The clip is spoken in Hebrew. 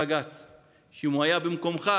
בבקשה,